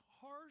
harsh